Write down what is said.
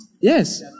Yes